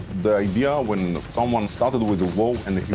the idea when someone started with a war and